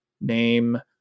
name